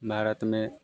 भारत में